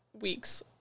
weeks